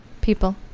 people